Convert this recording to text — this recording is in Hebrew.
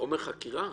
חומר חקירה?